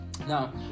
now